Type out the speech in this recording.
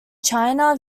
china